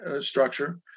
structure